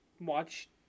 watch